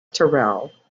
tyrrell